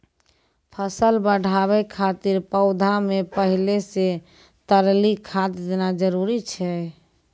फसल बढ़ाबै खातिर पौधा मे पहिले से तरली खाद देना जरूरी छै?